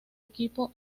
equipo